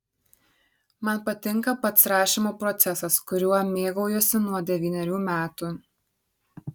man patinka pats rašymo procesas kuriuo mėgaujuosi nuo devynerių metų